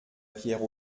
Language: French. pierre